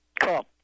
Cool